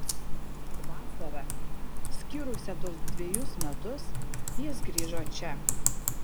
vasarą skyrusią tuos dvejus metus jis grįžo čia